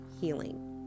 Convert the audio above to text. healing